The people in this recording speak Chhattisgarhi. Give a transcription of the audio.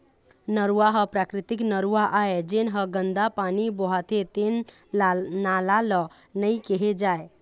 नरूवा ह प्राकृतिक नरूवा आय, जेन ह गंदा पानी बोहाथे तेन नाला ल नइ केहे जाए